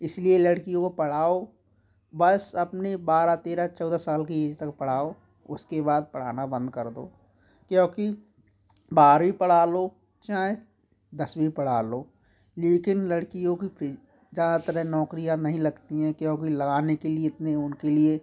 इसलिए लड़की को पढ़ाओ बस अपने बारह तेरह चौदह साल की एज तक पढ़ाओ उसके बाद पढ़ाना बंद कर दो क्योंकि बारहवीं पढ़ा लो चाहें दसवीं पढ़ा लो लेकिन लड़कियों की पी ज्यादातर है नौकरियां नहीं लगती हैं क्योंकि लगाने के लिए इतने उनके लिए